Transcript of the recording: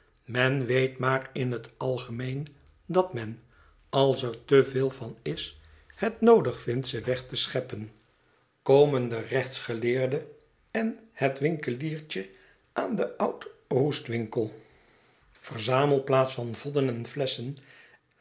men weet maar in het algemeen dat men als er te veel van is het noodig vindt ze weg te scheppen komen de rechtsgeleerde en het winkeliertje aan den oudroestwinkel verzamelplaats van vodden en flesschen